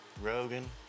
Rogan